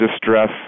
distress